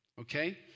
okay